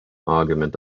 argument